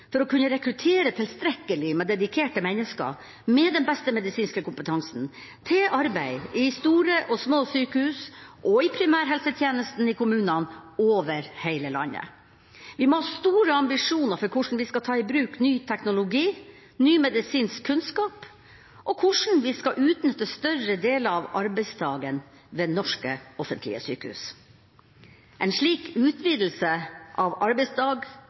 for å kunne rekruttere tilstrekkelig med dedikerte mennesker med den beste medisinske kompetansen til arbeid i store og små sykehus og i primærhelsetjenesten i kommunene over hele landet. Vi må ha store ambisjoner for hvordan vi skal ta i bruk ny teknologi, ny medisinsk kunnskap, og hvordan vi skal utnytte større deler av arbeidsdagen ved norske offentlige sykehus. En slik utvidelse av arbeidsdag,